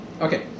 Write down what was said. okay